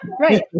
right